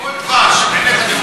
הכול דבש.